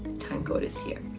timecode is here.